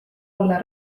olla